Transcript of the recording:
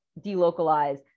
delocalize